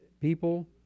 people